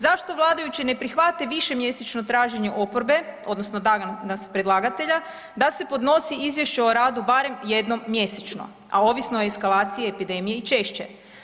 Zašto vladajući ne prihvate višemjesečno traženje oporbe odnosno danas predlagatelja da se podnosi izvješće o radu barem jednom mjesečno, a ovisno o eskalaciji epidemije i češće.